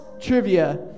trivia